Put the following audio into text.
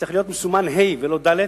צריך להיות מסומן "(ה)" ולא "(ד)",